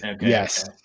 Yes